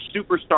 superstar